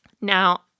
Now